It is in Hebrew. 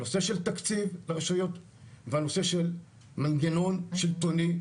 הנושא של תקציב ברשויות והנושא של מנגנון שלטוני,